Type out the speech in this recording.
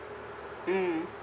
mm